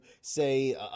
say